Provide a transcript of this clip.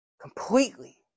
completely